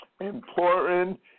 important